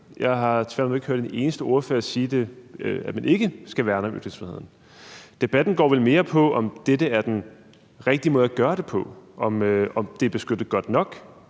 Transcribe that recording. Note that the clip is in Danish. jeg har tværtimod ikke hørt en eneste ordfører sige, at man ikke skal værne om ytringsfriheden. Debatten går vel mere på, om dette er den rigtige måde at gøre det på, om det er beskyttet godt nok.